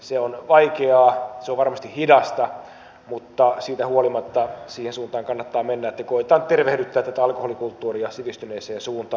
se on vaikeaa se on varmasti hidasta mutta siitä huolimatta siihen suuntaan kannattaa mennä että koetetaan tervehdyttää tätä alkoholikulttuuria sivistyneeseen suuntaan